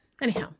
anyhow